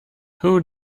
who